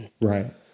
Right